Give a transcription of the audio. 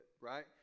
right